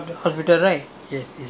ah yes